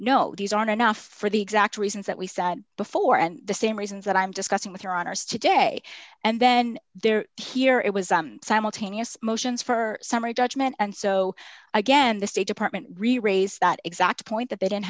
no these are now for the exact reasons that we said before and the same reasons that i'm discussing with your honor's today and then they're here it was simultaneous motions for summary judgment and so again the state department reraised that exact point that they didn't